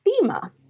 FEMA